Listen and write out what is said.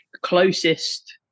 closest